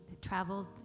traveled